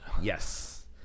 yes